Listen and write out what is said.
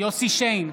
יוסף שיין,